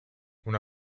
una